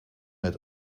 met